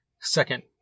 second